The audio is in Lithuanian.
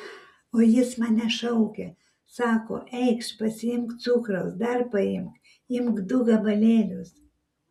o jis mane šaukė sako eikš pasiimk cukraus dar paimk imk du gabalėlius